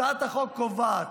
הצעת החוק קובעת